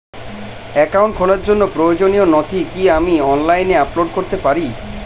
Account খোলার জন্য প্রয়োজনীয় নথি কি আমি অনলাইনে আপলোড করতে পারি?